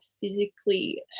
physically